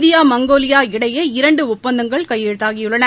India Mongolia இடையே இரண்டு ஒப்பந்தங்கள் கையெழுத்தாகியுள்ளன